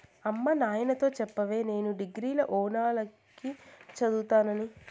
అమ్మ నాయనతో చెప్పవే నేను డిగ్రీల ఓనాల కి చదువుతానని